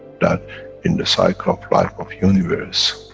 that in the cycle of life of universe,